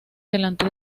delante